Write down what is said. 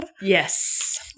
Yes